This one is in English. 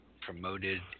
promoted